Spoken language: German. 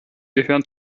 gehören